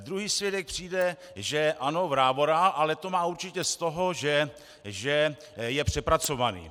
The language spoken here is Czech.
Druhý svědek přijde, že ano, vrávorá, ale to má určitě z toho, že je přepracovaný.